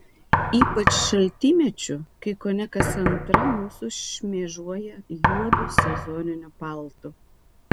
ypač šaltymečiu kai kone kas antra mūsų šmėžuoja juodu sezoniniu paltu